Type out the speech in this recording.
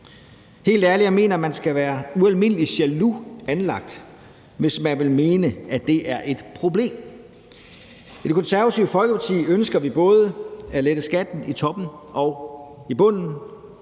Helt ærligt: Jeg mener, man skal være ualmindelig jaloux anlagt, hvis man vil mene, at det er et problem. I Det Konservative Folkeparti ønsker vi at lette skatten både i toppen og i bunden,